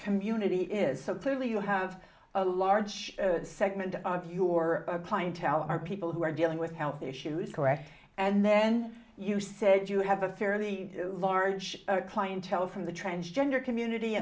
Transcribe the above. community is so clearly you have a large segment of your clientele are people who are dealing with health issues correct and then you said you have a fairly large clientele from the transgender community